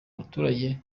abaturage